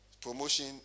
Promotion